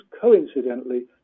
coincidentally